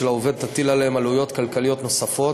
העובד תטיל עליהם עלויות כלכליות נוספות